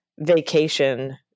Vacation